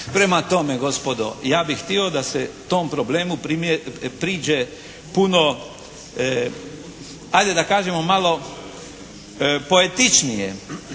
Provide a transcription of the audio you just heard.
Prema tome gospodo ja bih htio da se tom problemu priđe puno ajde da kažemo malo poetičnije.